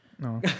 No